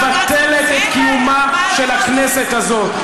מבטלת את קיומה של הכנסת הזאת.